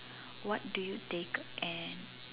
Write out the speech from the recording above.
what do you take and